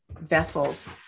vessels